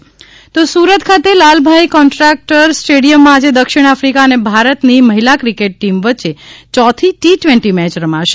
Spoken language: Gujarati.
સુરત ક્રિકેટ સુરત ખાતે લાલભાઇ કોન્ટ્રાક્ટર સ્ટેડિયમમાં આજે દક્ષિણ આફ્રિકા અને ભારતની મહિલા ક્રિકેટ ટીમ વચ્ચે ચોથી ટી ટ્વેન્ટી મેય રમાશે